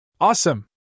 awesome